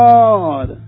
Lord